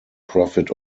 profit